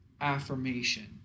affirmation